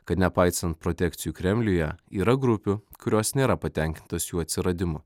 kad nepaisant protekcijų kremliuje yra grupių kurios nėra patenkintos jų atsiradimu